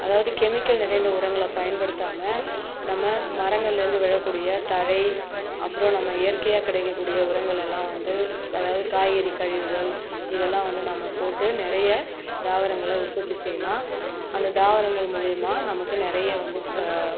அதாவது கெமிக்கல் நிறைந்த உரங்களை பயன்படுத்தாமல் நம்ம மரங்கள்லேந்து விழக்கூடிய தழை அப்புறம் நம்ம இயற்கையாக கிடைக்கக்கூடிய உரங்கள் எல்லாம் வந்து அதாவது காய்கறி கழிவுகள் இது எல்லாம் வந்து நம்ம போட்டு நிறைய தாவரங்களை உற்பத்தி செய்யலாம் அந்த தாவரங்கள் மூலியமாக நமக்கு நிறைய வந்து பா